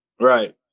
Right